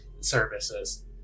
services